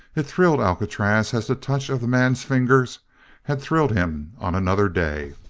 it thrilled alcatraz as the touch of the man's fingers had thrilled him on another day.